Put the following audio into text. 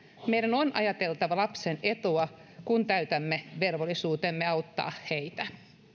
meidän on ajateltava lapsen etua kun täytämme velvollisuutemme auttaa heitä